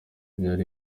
byari